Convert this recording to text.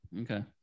Okay